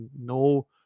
no